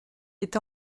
est